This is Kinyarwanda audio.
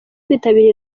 kwitabira